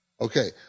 Okay